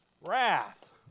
wrath